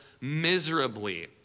miserably